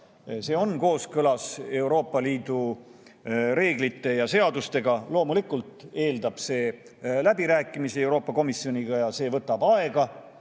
See on kooskõlas Euroopa Liidu reeglite ja seadustega. Loomulikult eeldab see läbirääkimisi Euroopa Komisjoniga ja see võtab aega,